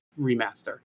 remaster